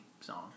song